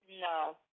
No